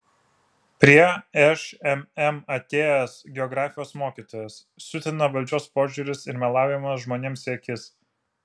prie šmm atėjęs geografijos mokytojas siutina valdžios požiūris ir melavimas žmonėms į akis